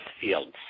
fields